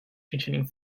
containing